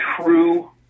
true